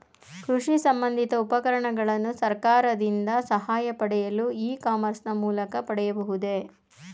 ಕೃಷಿ ಸಂಬಂದಿಸಿದ ಉಪಕರಣಗಳನ್ನು ಸರ್ಕಾರದಿಂದ ಸಹಾಯ ಪಡೆಯಲು ಇ ಕಾಮರ್ಸ್ ನ ಮೂಲಕ ಪಡೆಯಬಹುದೇ?